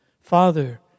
Father